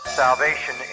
salvation